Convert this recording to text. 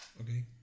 Okay